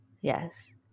yes